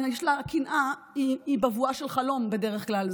קנאה היא גם בבואה של חלום בדרך כלל.